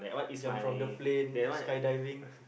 jump from the plane sky diving